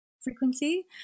frequency